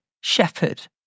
shepherd